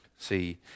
See